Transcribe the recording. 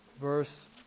verse